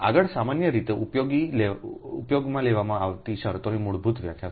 આગળ સામાન્ય રીતે ઉપયોગમાં લેવામાં આવતી શરતોની મૂળભૂત વ્યાખ્યા છે